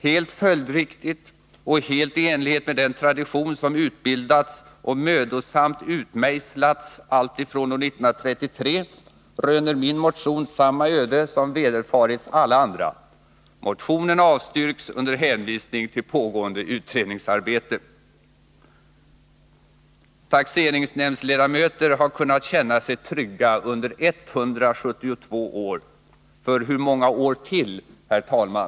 Helt följdriktigt och helt i enlighet med den tradition som utbildats och mödosamt utmejslats alltifrån år 1933 röner min motion samma öde som vederfarits alla andra: motionen avstyrks under hänvisning till pågående utredningsarbete. Taxeringsnämndsledamöter har kunnat känna sig trygga under 172 år. För hur många år till, herr talman?